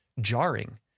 jarring